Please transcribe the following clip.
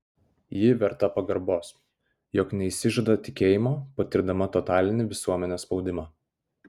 ji verta pagarbos jog neišsižada tikėjimo patirdama totalinį visuomenės spaudimą